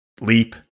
Leap